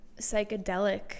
psychedelic